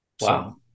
Wow